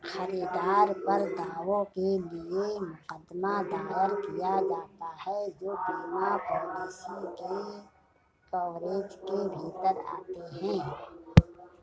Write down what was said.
खरीदार पर दावों के लिए मुकदमा दायर किया जाता है जो बीमा पॉलिसी के कवरेज के भीतर आते हैं